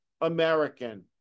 American